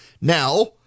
Now